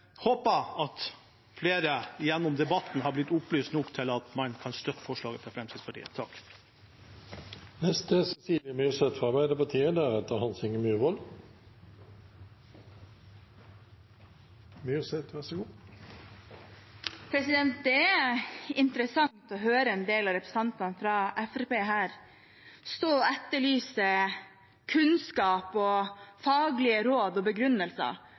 håper at flere gjennom debatten har blitt opplyst nok til at man kan støtte forslagene fra Fremskrittspartiet. Det er interessant å høre en del av representantene fra Fremskrittspartiet stå og etterlyse kunnskap, faglige råd og begrunnelser. Man kommer ikke med en